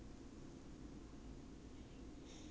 eh I thought that one 是 angmoh ghost right